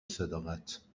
صداقت